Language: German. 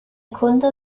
kunde